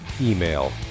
email